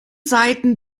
seiten